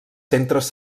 centres